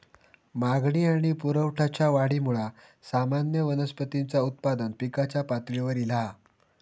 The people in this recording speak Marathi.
मागणी आणि पुरवठ्याच्या वाढीमुळा सामान्य वनस्पतींचा उत्पादन पिकाच्या पातळीवर ईला हा